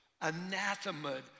anathema